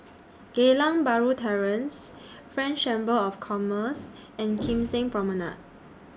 Geylang Bahru Terrace French Chamber of Commerce and Kim Seng Promenade